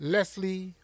Leslie